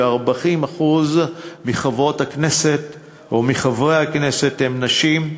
שהרי 40% מחברי הכנסת הם נשים.